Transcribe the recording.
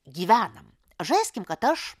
gyvenam žaiskim kad aš